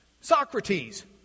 Socrates